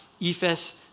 Ephes